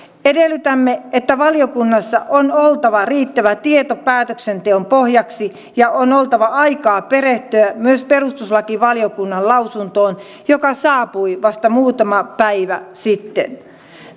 edellytämme että valiokunnassa on oltava riittävä tieto päätöksenteon pohjaksi ja on oltava aikaa perehtyä myös perustuslakivaliokunnan lausuntoon joka saapui vasta muutama päivä sitten